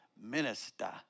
Minister